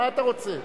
מה אתה רוצה?